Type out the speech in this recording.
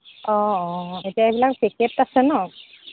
অঁ অঁ এতিয়া এইবিলাক পেকেট আছে ন